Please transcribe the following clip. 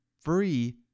free